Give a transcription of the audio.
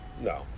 No